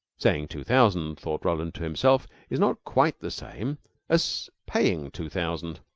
saying two thousand, thought roland to himself, is not quite the same as paying two thousand,